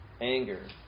Anger